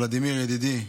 ולדימיר ידידי,